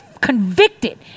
convicted